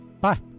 Bye